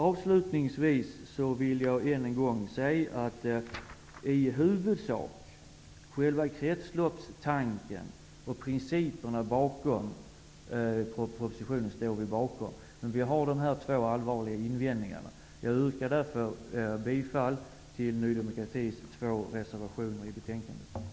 Avslutningsvis vill jag än en gång säga att i huvudsak står vi bakom själva kretsloppstanken och principerna bakom propositionen. Men vi har de här två allvarliga invändningarna. Jag yrkar därför bifall till Ny demokratis två reservationer till betänkandet.